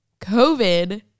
COVID